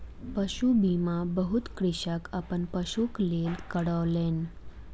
पशु बीमा बहुत कृषक अपन पशुक लेल करौलेन